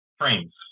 frames